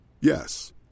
Yes